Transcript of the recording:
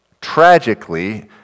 Tragically